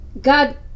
God